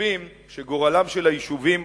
חושבים שגורלם של היישובים,